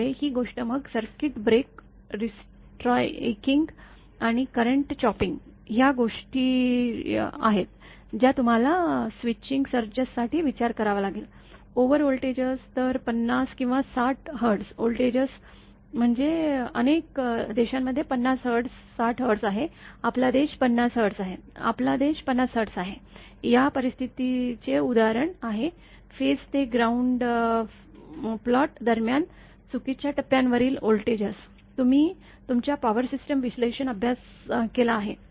त्यामुळे ही गोष्ट मग सर्किट ब्रेकर रिस्ट्रायकिंग आणि करंट चॉपिंग ह्या गोश्टी आहेत ज्या त्म्हाला स्विचिंग सर्ज्स साठी विचार करावा लागेल ओवर वोल्टाजेस तर ५० किंवा ६० हर्ट्झ वोल्टाजेस म्हणजे अनेक देशांमध्ये ५० हर्ट्झ ६० हर्ट्झ आहे आपला देश ५० हर्ट्झ आहे आपला देश ५० हर्ट्झ आहे या परिस्थितीचे उदाहरण आहे फेज ते ग्राउंड फॉल्ट दरम्यान चुकीच्या टप्प्यांवरील व्होल्टेजेस तुम्ही तुमच्या पॉवर सिस्टीम विश्लेषण अभ्यास केला आहे